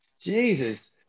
Jesus